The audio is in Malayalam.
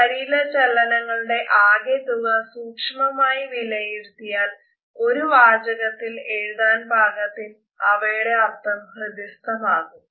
ശരീര ചലനങ്ങളുടെ ആകെ തുക സൂക്ഷ്മമായി വിലയിരുത്തിയാൽ ഒരു വാചകത്തിൽ എഴുതാൻ പാകത്തിൽ അവയുടെ അർത്ഥം ഹൃദിസ്ഥമാകും